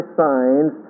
signs